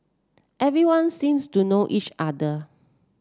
everyone seems to know each other